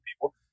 people